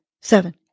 seven